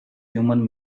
human